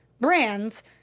brands